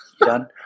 done